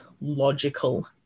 logical